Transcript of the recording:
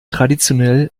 traditionell